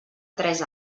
tres